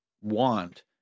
want